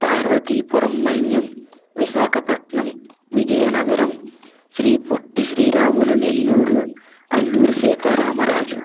Parvathipuram Manyam Visakhapatnam Vizianagaram Sri Potti Sriramulu Nellore Alluri Sitaramaraju